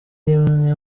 rimwe